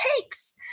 takes